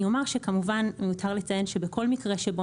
אני אומר שכמובן מיותר לציין שבכל מקרה שבו